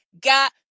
got